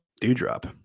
Dewdrop